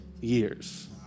years